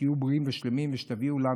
שתהיו בריאים ושלמים ושתביאו לנו,